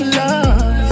love